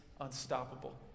unstoppable